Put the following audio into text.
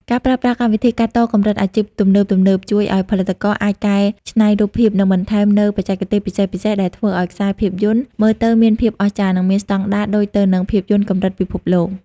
ការប្រើប្រាស់កម្មវិធីកាត់តកម្រិតអាជីពទំនើបៗ ជួយឱ្យផលិតករអាចកែច្នៃរូបភាព និងបន្ថែមនូវបច្ចេកទេសពិសេសៗដែលធ្វើឱ្យខ្សែភាពយន្តមើលទៅមានភាពអស្ចារ្យ និងមានស្ដង់ដារដូចទៅនឹងភាពយន្តកម្រិតពិភពលោក។